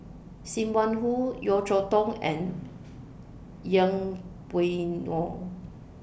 SIM Wong Hoo Yeo Cheow Tong and Yeng Pway Ngon